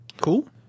Cool